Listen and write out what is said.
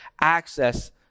access